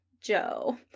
Joe